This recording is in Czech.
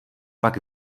pak